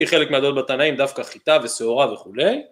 היא חלק מהדעות בתנאים, דווקא חיטה ושעורה וכולי.